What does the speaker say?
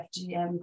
FGM